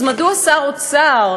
אז מדוע שר אוצר,